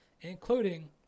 including